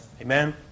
Amen